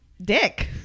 dick